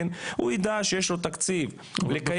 הוא ידע שיש לו תקציב לקיים אירוע.